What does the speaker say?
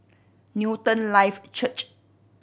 Newton Life Church